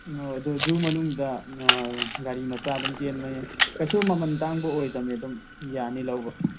ꯑꯣ ꯑꯗꯨ ꯖꯨ ꯃꯅꯨꯡꯗ ꯒꯥꯔꯤ ꯃꯆꯥ ꯑꯗꯨꯝ ꯆꯦꯟꯕꯅꯦ ꯀꯩꯁꯨ ꯃꯃꯜ ꯇꯥꯡꯕ ꯑꯣꯏꯗꯕꯅꯦ ꯑꯗꯨꯝ ꯌꯥꯅꯤ ꯂꯧꯕ